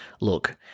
look